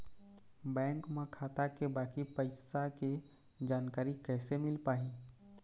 Bank म खाता के बाकी पैसा के जानकारी कैसे मिल पाही?